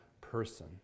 person